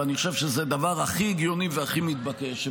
ואני חושב שזה הדבר הכי הגיוני והכי מתבקש,